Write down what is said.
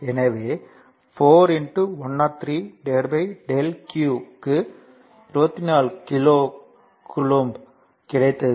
எனவே 4 103 ∆q க்கு 24 கூலொம்ப் கிடைத்தது